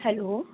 hello